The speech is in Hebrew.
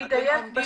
אני אדייק.